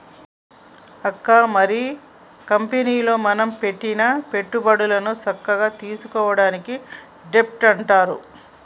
అక్క మరి కంపెనీలో మనం పెట్టిన పెట్టుబడులను సక్కగా తీసుకోవడాన్ని డెబ్ట్ అంటారు